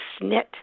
snit